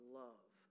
love